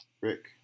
Rick